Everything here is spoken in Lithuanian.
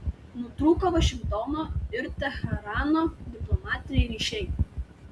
nutrūko vašingtono ir teherano diplomatiniai ryšiai